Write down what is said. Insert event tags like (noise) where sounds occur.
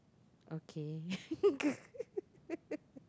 okay (laughs)